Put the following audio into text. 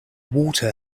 water